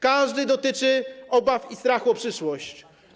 Każdy dotyczy obaw i strachu o przyszłość.